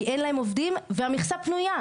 כי אין להם עובדים והמכסה פנויה.